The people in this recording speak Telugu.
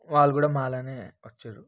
వాళ్ళు కూడా మాలానే వచ్చిర్రు